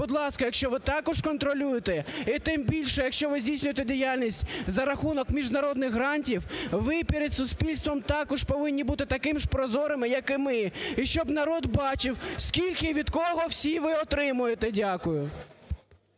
Будь ласка, якщо ви також контролюєте і тим більше, якщо ви здійснюєте діяльність за рахунок міжнародних грантів, ви перед суспільством також повинні бути такими ж прозорими, як і ми. І щоб народ бачив, скільки і від кого всі ви отримуєте. Дякую.